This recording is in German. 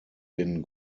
den